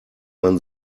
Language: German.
man